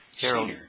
Harold